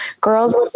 girls